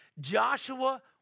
Joshua